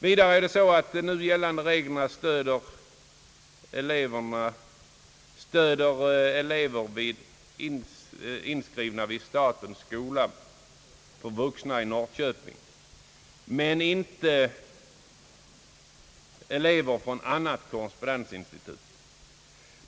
Vidare stöder de nu gällande reglerna elever inskrivna vid statens skola för vuxna i Norrköping, men inte elever från annat korrespondensinstitut.